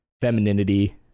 femininity